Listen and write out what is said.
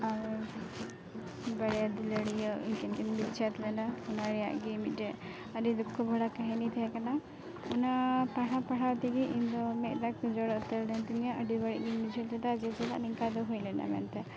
ᱟᱨ ᱵᱟᱨᱭᱟ ᱫᱩᱞᱟᱹᱲᱤᱭᱟᱹ ᱩᱱᱠᱤᱱ ᱠᱤᱱ ᱵᱤᱪᱪᱷᱮᱫᱽ ᱞᱮᱱᱟ ᱚᱱᱟ ᱨᱮᱭᱟᱜ ᱜᱮ ᱢᱤᱫᱴᱮᱡ ᱟᱹᱰᱤ ᱫᱩᱠᱠᱷᱚ ᱵᱷᱚᱨᱟ ᱠᱟᱹᱦᱤᱱᱤ ᱛᱮᱦᱮᱸ ᱠᱟᱱᱟ ᱚᱱᱟ ᱯᱟᱲᱦᱟᱣ ᱯᱟᱲᱦᱟᱣᱛᱮ ᱜᱮ ᱤᱧᱫᱚ ᱢᱮᱫ ᱫᱟᱜᱠᱚ ᱡᱚᱨᱚ ᱩᱛᱟᱹᱨᱞᱮᱱ ᱛᱤᱧᱟᱹ ᱟᱹᱰᱤ ᱵᱟᱹᱲᱤᱡᱜᱮᱧ ᱵᱩᱡᱷᱟᱹᱣ ᱞᱮᱫᱟ ᱡᱮ ᱪᱮᱫᱟᱜ ᱱᱮᱝᱠᱟᱫᱚ ᱦᱩᱭᱞᱮᱱᱟ ᱢᱮᱱᱛᱮ